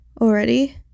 already